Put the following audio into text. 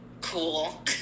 cool